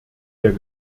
der